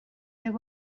there